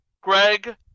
Greg